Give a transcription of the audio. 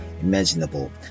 imaginable